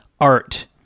art